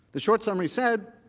the short summary said,